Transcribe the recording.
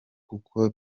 kuko